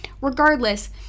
Regardless